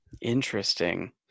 Interesting